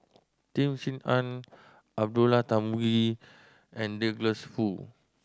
Tan Sin Aun Abdullah Tarmugi and Douglas Foo